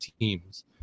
teams